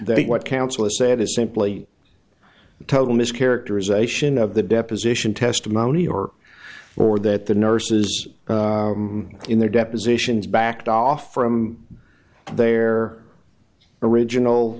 they what counsel has said is simply total mis characterization of the deposition testimony or or that the nurses in their depositions backed off from their original